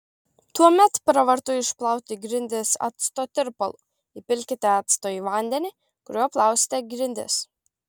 tuomet pravartu išplauti grindis acto tirpalu įpilkite acto į vandenį kuriuo plausite grindis